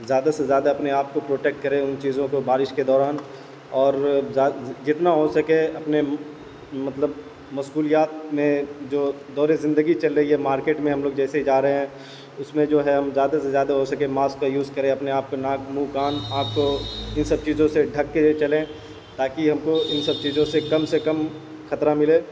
زیادہ سے زیادہ اپنے آپ کو پروٹکٹ کریں ان چیزوں کو بارش کے دوران اور جتنا ہو سکے اپنے مطلب مشغولیات میں جو دور زندگی چل رہی ہے مارکیٹ میں ہم لوگ جیسے ہی جا رہے ہیں اس میں جو ہے ہم زیادہ سے زیادہ ہو سکے ماسک کا یوز کریں اپنے آپ کو ناک منہ کان آنکھ کو ان سب چیزوں سے ڈھکتے ہوئے چلیں تاکہ ہم کو ان سب چیزوں سے کم سے کم خطرہ ملے